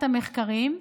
את המחקרים,